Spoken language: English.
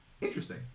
Interesting